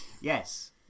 Yes